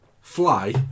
fly